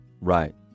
right